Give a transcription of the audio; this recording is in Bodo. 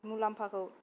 मुलाम्फाखौ